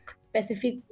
specific